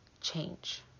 change